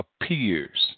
appears